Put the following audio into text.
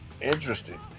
Interesting